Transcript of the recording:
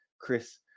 Chris